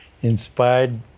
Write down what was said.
Inspired